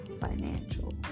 financial